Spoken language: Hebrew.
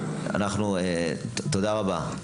תודה רבה.